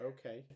Okay